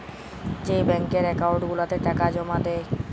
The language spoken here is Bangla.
যেই ব্যাংকের একাউল্ট গুলাতে টাকা জমা দেই